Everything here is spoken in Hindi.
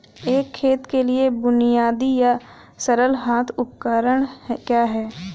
एक खेत के लिए बुनियादी या सरल हाथ उपकरण क्या हैं?